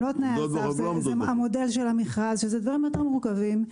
זה המודל של המכרז ודברים יותר מורכבים,